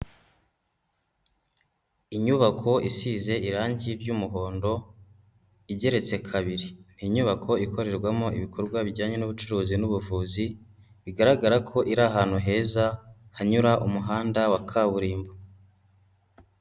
Inyubako isize irangi ry'umuhondo igeretse kabiri, inyubako ikorerwamo ibikorwa bijyanye n'ubucuruzi n'ubuvuzi bigaragara ko iri ahantu heza hanyura umuhanda wa kaburimbo.